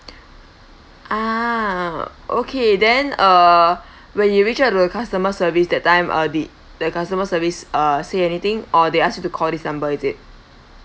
okay then uh when you reach out to the customer service that time uh did the customer service uh say anything or they ask you to call this number is it